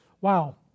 wow